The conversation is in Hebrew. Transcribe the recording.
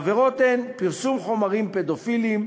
העבירות הן פרסום חומרים פדופיליים,